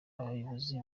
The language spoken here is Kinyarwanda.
abayobozi